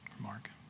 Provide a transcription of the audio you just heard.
Mark